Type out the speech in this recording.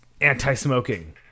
anti-smoking